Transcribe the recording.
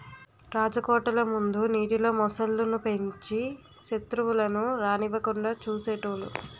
రాజకోటల ముందు నీటిలో మొసళ్ళు ను పెంచి సెత్రువులను రానివ్వకుండా చూసేటోలు